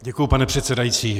Děkuji, pane předsedající.